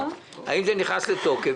האם זה נכנס לתוקף,